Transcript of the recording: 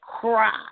cry